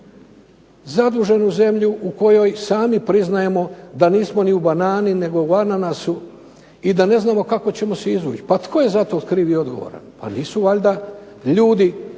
zaduženu zemlju u kojoj sami priznajemo da nismo u banani nego u ananasu i da ne znamo kako ćemo se izvući. Pa tko je za to kriv i odgovoran? Pa nisu valjda ljudi